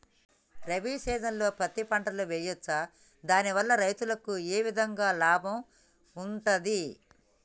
రబీ సీజన్లో పత్తి పంటలు వేయచ్చా దాని వల్ల రైతులకు ఏ విధంగా లాభం ఉంటది?